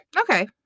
Okay